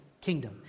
kingdom